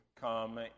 come